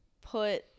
put